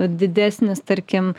didesnis tarkim